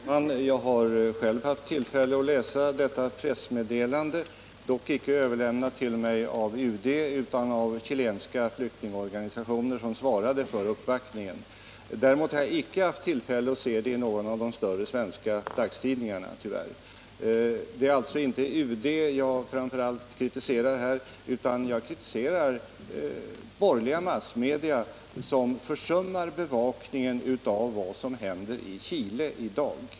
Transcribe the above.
Herr talman! Jag har själv haft tillfälle att läsa detta pressmeddelande, dock icke överlämnat till mig av UD utan av chilenska flyktingorganisationer som svarade för uppvaktningen. Däremot har jag tyvärr icke haft tillfälle att se det i någon av de större svenska dagstidningarna. Det är alltså inte UD som jag framför allt kritiserar utan borgerliga massmedia som försummar bevakningen av vad som händer i Chile i dag.